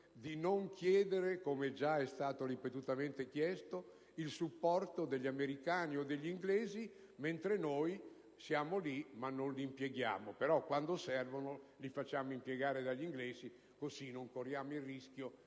a chiedere, come già è stato ripetutamente chiesto, il supporto degli americani e degli inglesi: siamo lì, ma non impieghiamo gli aerei e quando servono li facciamo impiegare dagli inglesi, così non corriamo il rischio